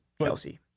Kelsey